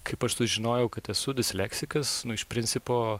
kaip aš sužinojau kad esu disleksikas nu iš principo